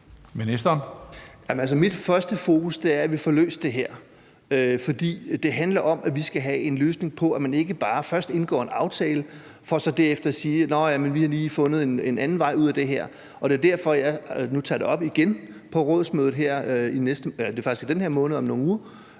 Mit første fokus er, at vi får løst det her. For det handler om, at vi skal have en løsning på, at man ikke bare først indgår en aftale for så derefter at sige, at man lige har fundet en anden vej ud af det her. Det er også derfor, jeg nu tager det op igen på rådsmødet, som er i den her måned om nogle uger,